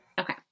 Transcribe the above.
Okay